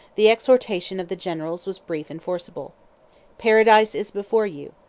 the exhortation of the generals was brief and forcible paradise is before you,